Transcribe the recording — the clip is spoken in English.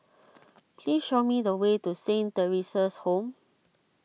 please show me the way to Saint theresa's Home